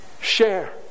Share